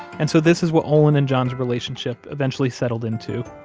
and so this is what olin and john's relationship eventually settled into.